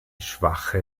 schwache